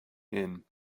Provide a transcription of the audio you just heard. inn